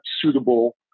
suitable